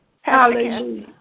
Hallelujah